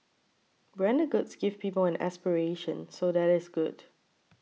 branded goods give people an aspiration so that is good